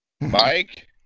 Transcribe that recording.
Mike